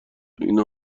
این